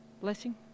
Blessing